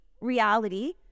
reality